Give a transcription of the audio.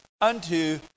unto